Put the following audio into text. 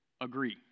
Agree